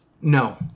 No